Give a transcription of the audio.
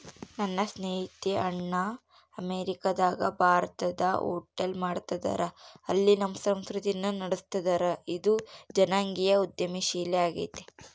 ನನ್ನ ಸ್ನೇಹಿತೆಯ ಅಣ್ಣ ಅಮೇರಿಕಾದಗ ಭಾರತದ ಹೋಟೆಲ್ ಮಾಡ್ತದರ, ಅಲ್ಲಿ ನಮ್ಮ ಸಂಸ್ಕೃತಿನ ನಡುಸ್ತದರ, ಇದು ಜನಾಂಗೀಯ ಉದ್ಯಮಶೀಲ ಆಗೆತೆ